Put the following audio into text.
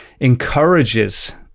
encourages